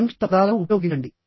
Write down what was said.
సంక్షిప్త పదాలను ఉపయోగించండి